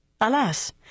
Alas